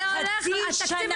זה של שנה שעברה.